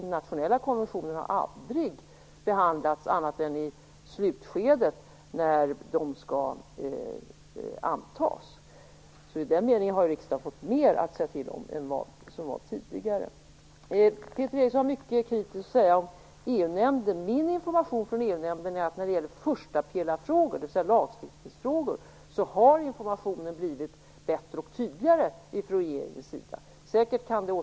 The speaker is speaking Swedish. De nationella konventionerna har aldrig behandlats annat än i slutskedet när de skall antas. Så i den meningen har riksdagen fått mer att säga till om än tidigare. Peter Eriksson hade mycket kritiskt att säga om EU-nämnden. Min information från EU-nämnden är att informationen från regeringen har blivit bättre och tydligare i lagstiftningsfrågor, första pelaren.